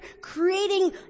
creating